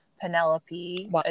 Penelope